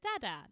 da-da